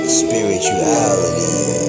spirituality